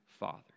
Father